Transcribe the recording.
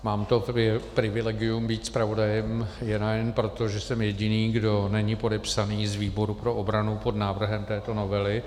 Mám to privilegium být zpravodajem jen a jen proto, že jsem jediný, kdo není podepsaný z výboru pro obranu pod návrhem této novely.